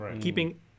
keeping